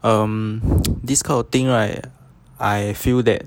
um this kind of thing right I feel that